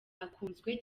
akunzwe